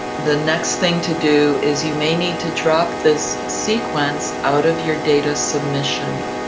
the next thing to do is you may need to drop this sequence out of your data submission.